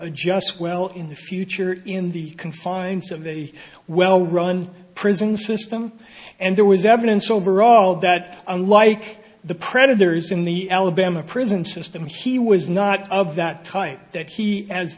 adjust well in the future in the confines of a well run prison system and there was evidence overall that unlike the predators in the alabama prison system he was not of that type that he as